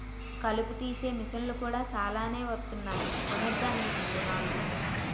కలుపు తీసే మిసన్లు కూడా సాలానే వొత్తన్నాయ్ కొనేద్దామేటీ ఓ నాలుగు?